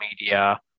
media